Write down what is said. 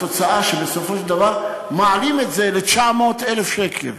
התוצאה, בסופו של דבר מעלים את זה ל-900,000 שקל.